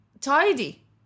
tidy